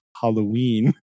Halloween